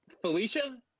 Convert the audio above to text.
Felicia